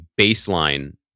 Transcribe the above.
baseline